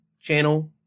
channel